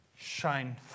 Shine